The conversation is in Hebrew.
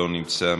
לא נמצא,